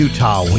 Utah